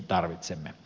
puhemies